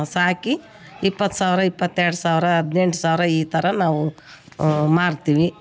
ಸಾಕಿ ಇಪ್ಪತ್ತು ಸಾವಿರ ಇಪ್ಪತ್ತೆರಡು ಸಾವಿರ ಹದಿನೆಂಟು ಸಾವಿರ ಈ ಥರ ನಾವು ಮಾರ್ತೀವಿ